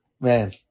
man